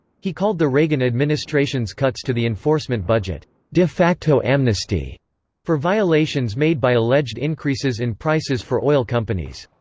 he called the reagan administration's cuts to the enforcement budget de facto amnesty for violations made by alleged increases in prices for oil companies.